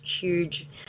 huge